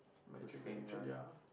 match to the actual ya